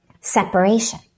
separation